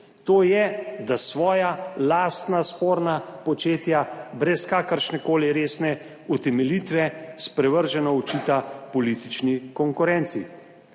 to je, da svoja lastna sporna početja brez kakršnekoli resne utemeljitve sprevrženo očita politični konkurenci